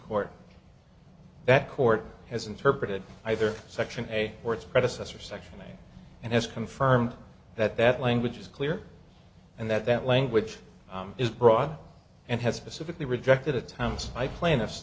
court that court has interpreted either section a or its predecessor section eight and has confirmed that that language is clear and that that language is broad and has specifically rejected at times i pla